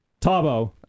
Tabo